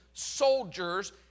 Soldiers